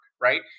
right